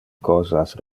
cosas